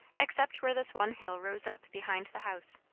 except where this one hill rose up behind the house.